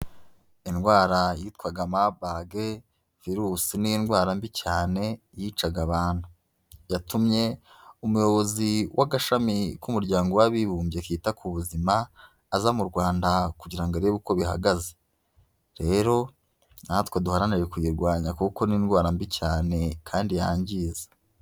Indwara yitwaga Marburg virus, ni indwara mbi cyane yicaga abantu. Yatumye umuyobozi w'agashami k'umuryango w'abibumbye kita ku buzima aza mu Rwanda kugira ngo arebe uko bihagaze. Rero natwe duharanire kuyirwanya kuko ni indwara mbi cyane kandi yangiza.